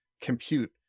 compute